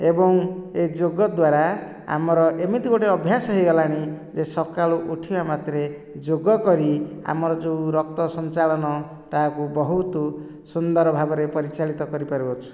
ଏବଂ ଏ ଯୋଗ ଦ୍ୱାରା ଆମର ଏମିତି ଗୋଟେ ଅଭ୍ୟାସ ହେଇଗଲାଣି ଯେ ସକାଳୁ ଉଠିବା ମାତ୍ରେ ଯୋଗ କରି ଆମର ଯେଉଁ ରକ୍ତ ସଞ୍ଚାଳନଟା କୁ ବହୁତ ସୁନ୍ଦର ଭାବରେ ପରିଚାଳିତ କରିପାରିଅଛୁ